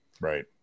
right